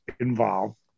involved